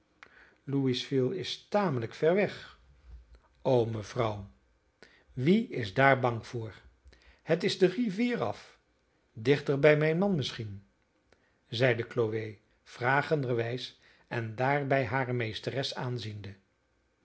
louisville is tamelijk ver weg o mevrouw wie is daar bang voor het is de rivier af dichter bij mijn man misschien zeide chloe vragenderwijs en daarbij hare meesteres aanziende